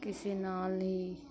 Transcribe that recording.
ਕਿਸੇ ਨਾਲ ਵੀ